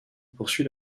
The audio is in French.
poursuit